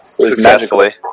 Successfully